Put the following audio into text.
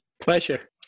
Pleasure